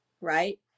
right